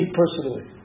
personally